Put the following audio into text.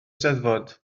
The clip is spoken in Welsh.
eisteddfod